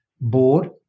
board